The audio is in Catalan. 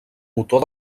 motor